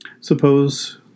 suppose